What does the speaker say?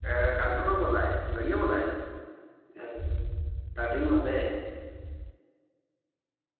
doctor होर बोल्ला दे गढ़िया बोल्ला दे डॉक्टर ई नमस्ते